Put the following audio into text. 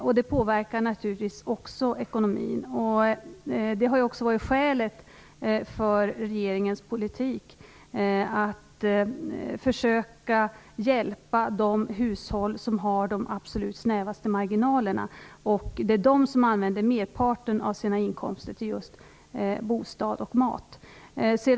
Också det påverkar naturligtvis ekonomin. Detta har också varit skälen till regeringens politik - att försöka hjälpa de hushåll som har de absolut snävaste marginalerna. Det är dessa hushåll som använder merparten av sina inkomster till just bostad och mat.